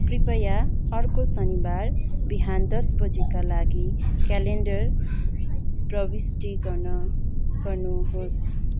कृपया अर्को शनिबार बिहान दस बजेका लागि क्यालेन्डर प्रविष्ट गर्न गर्नुहोस्